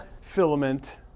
filament